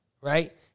right